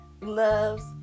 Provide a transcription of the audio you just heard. loves